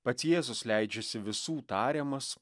pats jėzus leidžiasi visų tariamas